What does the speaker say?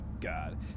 god